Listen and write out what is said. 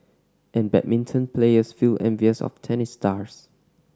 and badminton players feel envious of tennis stars